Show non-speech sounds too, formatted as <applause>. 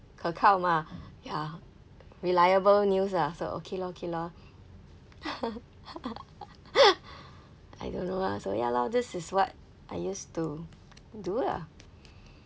可靠吗 ya reliable news ah so okay lor okay lor <laughs> I don't know ah so ya lor this is what I used to do lah